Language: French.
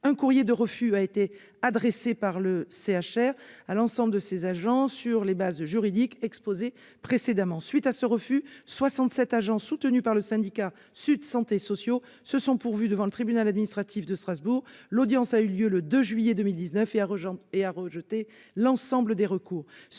Un courrier de refus a été adressé par le CHR de Metz-Thionville à l'ensemble de ses agents, sur les bases juridiques exposées précédemment. À la suite à ce refus, 67 agents, soutenus par le syndicat Sud Santé Sociaux, se sont pourvus devant le tribunal administratif de Strasbourg. L'audience, au cours de laquelle l'ensemble des recours